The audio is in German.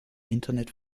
internet